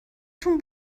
تون